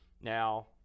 Now